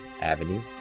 Avenue